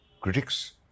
critics